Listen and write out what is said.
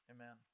Amen